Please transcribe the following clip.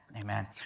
Amen